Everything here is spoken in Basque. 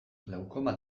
glaukoma